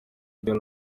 dieu